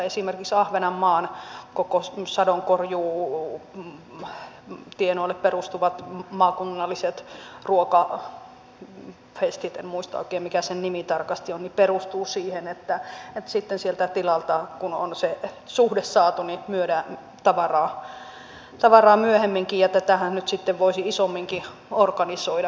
itse asiassa esimerkiksi ahvenanmaan koko sadonkorjuutienooseen perustuvat maakunnalliset ruokafestit en muista oikein mikä se nimi tarkasti on perustuvat siihen että sitten sieltä tilalta kun on se suhde saatu myydään tavaraa myöhemminkin ja tätähän nyt sitten voisi isomminkin organisoida